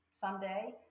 someday